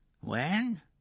When